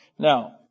Now